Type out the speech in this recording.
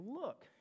Look